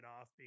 off